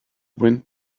went